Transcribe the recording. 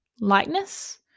Lightness